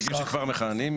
אותם נציגים שכבר מכהנים.